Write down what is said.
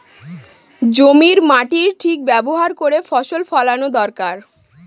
জমির মাটির ঠিক ব্যবহার করে ফসল ফলানো দরকার